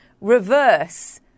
reverse